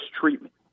treatment